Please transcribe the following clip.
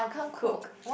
cook